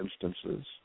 instances